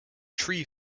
tree